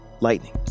Lightning